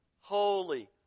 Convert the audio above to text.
holy